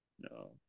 no